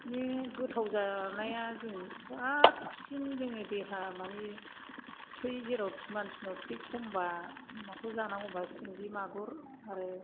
बे गोथाव जानाया जों साबसिन जोंनि देहा मानि थै जेराव मानसिनाव थै खमबा माखौ जानांगौ होमबा सिंगि मागुर आरो